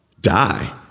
Die